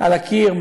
על הקיר,